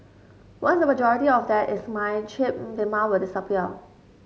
once the majority of that is mined chip demand will disappear